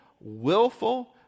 willful